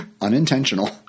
Unintentional